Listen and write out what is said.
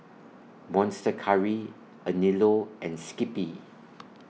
Monster Curry Anello and Skippy